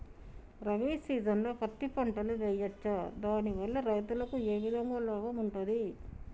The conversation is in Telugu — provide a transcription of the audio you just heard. రబీ సీజన్లో పత్తి పంటలు వేయచ్చా దాని వల్ల రైతులకు ఏ విధంగా లాభం ఉంటది?